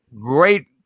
great